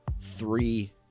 three